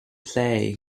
play